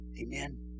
Amen